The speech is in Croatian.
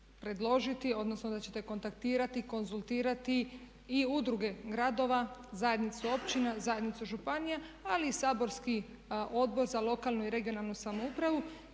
predložiti odnosno da ćete kontaktirati, konzultirati i udruge gradova, zajednicu općina, zajednicu županija ali i saborski Odbor za lokalnu i regionalnu samoupravu.